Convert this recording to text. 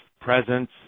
presence